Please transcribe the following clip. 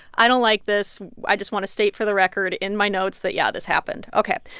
i don't like this. i just want to state for the record in my notes that, yeah, this happened. ok.